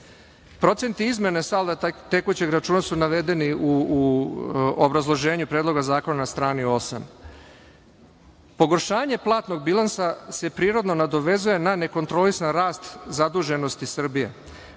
Procenti izmene salda tekućeg računa su navedeni u obrazloženju Predloga zakona na strani 8.Pogoršanje platnog bilansa se prirodno nadovezuje na nekontrolisan rast zaduženosti Srbije.